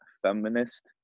feminist